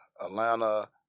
Atlanta